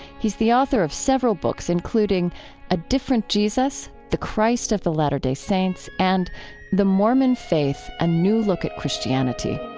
he's the author of several books, including a different jesus? the christ of the latter-day saints, and the mormon faith a new look at christianity